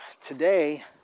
today